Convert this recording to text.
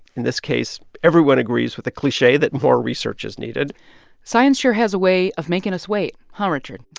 in this case, everyone agrees with the cliche that more research is needed science sure has a way of making us wait huh, richard?